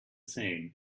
same